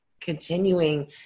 continuing